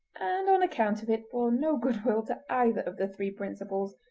and on account of it bore no good will to either of the three principals